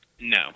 No